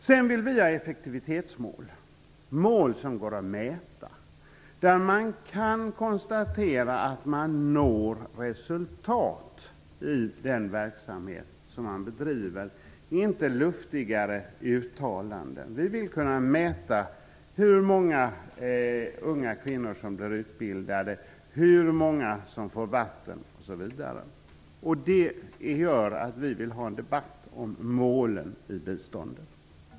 Sedan vill vi ha effektivitetsmål, mål som går att mäta, där man kan konstatera att man når resultat i den verksamhet som man bedriver - inte luftigare uttalanden. Vi vill kunna mäta hur många unga kvinnor som blir utbildade, hur många som får vatten osv. Det gör att vi vill ha en debatt om målen i biståndet.